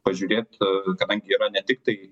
pažiūrėt kadangi yra ne tik tai